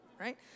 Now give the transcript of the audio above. right